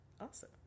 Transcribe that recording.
awesome